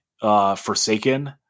Forsaken